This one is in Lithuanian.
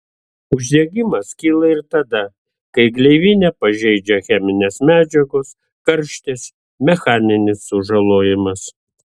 uždegimas kyla ir tada kai gleivinę pažeidžia cheminės medžiagos karštis mechaninis sužalojimas